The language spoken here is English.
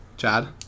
Chad